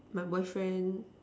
my boyfriend